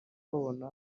kubabona